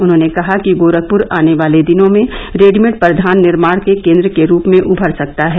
उन्हॉने कहा कि गोरखप्र आने वाले दिनों में रेडीमेड परिघान निर्माण के केन्द्र के रूप में उभर सकता है